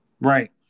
right